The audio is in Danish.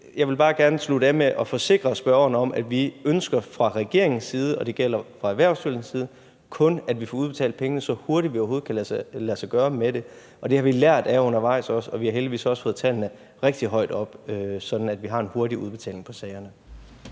Jeg vil bare gerne slutte af med at forsikre spørgeren om, at vi fra regeringen og Erhvervsministeriets side kun ønsker, at pengene bliver udbetalt så hurtigt, som det overhovedet kan lade sig gøre. Det har vi lært af undervejs, og vi har heldigvis også fået tallene rigtig højt op, sådan at vi har en hurtig udbetaling på sagerne.